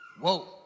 whoa